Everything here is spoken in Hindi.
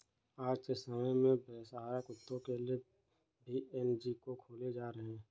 आज के समय में बेसहारा कुत्तों के लिए भी एन.जी.ओ खोले जा रहे हैं